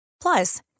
Plus